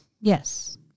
Yes